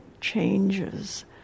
changes